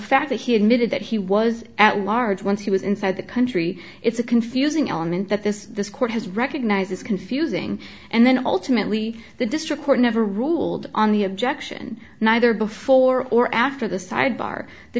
fact that he admitted that he was at large once he was inside the country it's a confusing element that this court has recognized as confusing and then ultimately the district court never ruled on the objection neither before or after the sidebar the